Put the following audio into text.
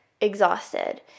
exhausted